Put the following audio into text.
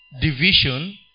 division